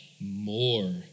more